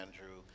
Andrew